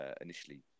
initially